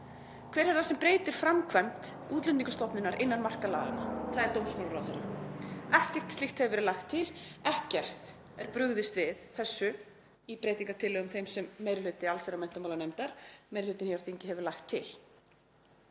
Hver er það sem breytir framkvæmd Útlendingastofnunar innan marka laganna? Það er dómsmálaráðherra. Ekkert slíkt hefur verið lagt til. Ekkert er brugðist við þessu í breytingartillögum þeim sem meiri hluti allsherjar- og menntamálanefndar, meiri hlutinn hér á þingi, hefur lagt til.